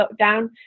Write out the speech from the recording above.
lockdown